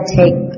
take